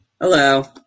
Hello